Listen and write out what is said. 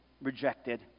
rejected